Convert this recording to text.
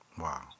Wow